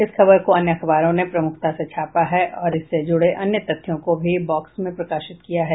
इस खबर को अन्य अखबारों ने प्रमुखता से छापा है और इससे जुड़े अन्य तथ्यों को भी बॉक्स में प्रकाशित किया है